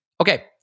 Okay